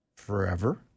forever